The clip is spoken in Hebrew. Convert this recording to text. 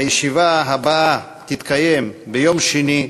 הישיבה הבאה תתקיים ביום שני,